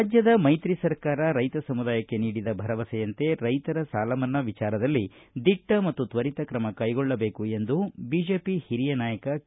ರಾಜ್ಯದ ಮೈತ್ರಿ ಸರ್ಕಾರ ರೈತ ಸಮುದಾಯಕ್ಕೆ ನೀಡಿದ ಭರವಸೆಯಂತೆ ರೈತರ ಸಾಲ ಮನ್ನಾ ವಿಚಾರದಲ್ಲಿ ದಿಟ್ಟ ಮತ್ತು ತ್ವರಿತ ಕ್ರಮ ಕೈಗೊಳ್ಳಬೇಕು ಎಂದು ಬಿಜೆಪಿ ಹಿರಿಯ ನಾಯಕ ಕೆ